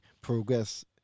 progress